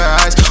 eyes